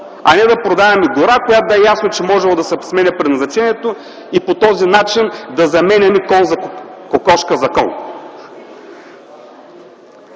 а не да продаваме гора, за която да е ясно, че можело да се сменя предназначението и по този начин да заменяме кокошка за кон.